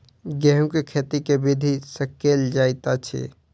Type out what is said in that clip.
गेंहूँ केँ खेती केँ विधि सँ केल जाइत अछि?